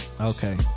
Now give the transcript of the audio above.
Okay